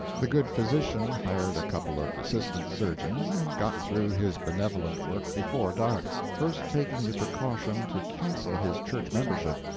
the good physician hired a couple of assistant surgeons and got through his benevolent work before dark, first taking the precaution to cancel his church membership,